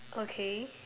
okay